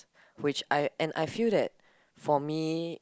which I and I feel that for me